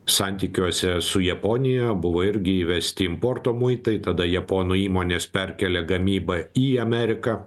santykiuose su japonija buvo irgi įvesti importo muitai tada japonų įmonės perkelė gamybą į ameriką